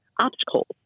obstacles